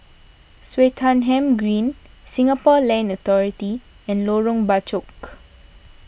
Swettenham Green Singapore Land Authority and Lorong Bachok